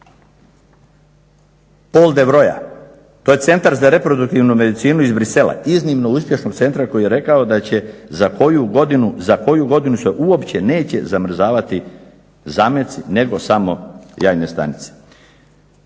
Paul Devroeya. To je Centar za reproduktivnu medicinu iz Bruxellesa, iznimno uspješnog centra koji je rekao da će za koju godinu se uopće neće zamrzavati zametci, nego samo jajne stanice.